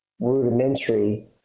rudimentary